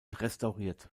restauriert